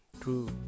true